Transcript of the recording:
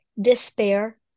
despair